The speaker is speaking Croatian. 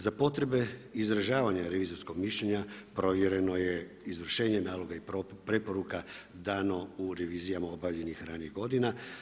Za potrebe izražavanja revizorskog mišljenja provjereno je izvršenje naloga i preporuka dano u revizijama obavljenih ranijih godina.